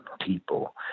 people